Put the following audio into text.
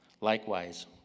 Likewise